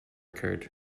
curd